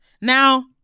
Now